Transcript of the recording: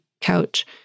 couch